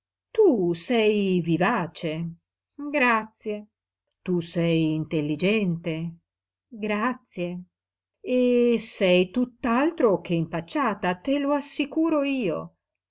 tu sei vivace grazie tu sei intelligente grazie e sei tutt'altro che impacciata te lo assicuro io